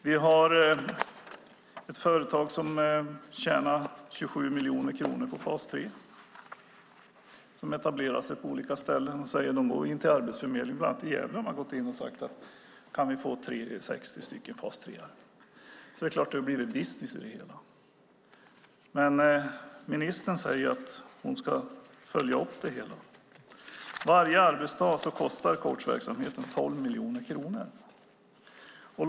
Vi har ett företag som tjänat 27 miljoner kronor på fas 3. De har etablerat sig på olika ställen och kontaktar Arbetsförmedlingen. Bland annat i Gävle har de gått till Arbetsförmedlingen och bett att få 60 stycken fas 3:are. Det är klart att det har blivit business av det hela. Men ministern säger att hon ska följa upp det. Coachverksamheten kostar 12 miljoner kronor varje arbetsdag.